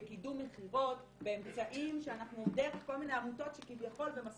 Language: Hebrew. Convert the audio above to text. בקידום מכירות ודרך כל מיני עמותות שבמסווה